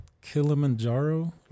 Kilimanjaro